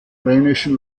rheinischen